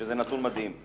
שזה נתון מדהים.